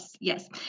yes